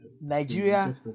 Nigeria